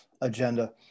agenda